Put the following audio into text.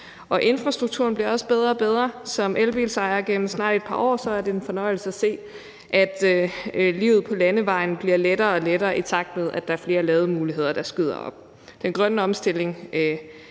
Infrastrukturen bliver også bedre og bedre. Som elbilejer gennem snart et par år er det en fornøjelse at se, at livet på landevejene bliver lettere og lettere, i takt med at der er flere lademuligheder, der skyder op. Den grønne omstilling